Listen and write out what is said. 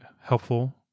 helpful